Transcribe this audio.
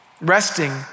Resting